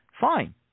fine